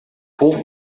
pouco